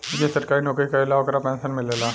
जे सरकारी नौकरी करेला ओकरा पेंशन मिलेला